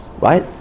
right